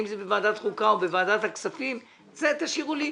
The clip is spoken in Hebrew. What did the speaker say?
האם זה בוועדת חוקה או בוועדת הכספים את זה תשאירו לי.